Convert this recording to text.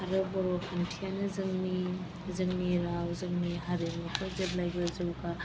आरो बर' रावखान्थियानो जोंनि राव जोंनि हारिमुखौ जेब्लायबो जौगा